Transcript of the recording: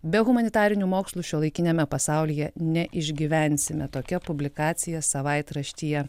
be humanitarinių mokslų šiuolaikiniame pasaulyje neišgyvensime tokia publikacija savaitraštyje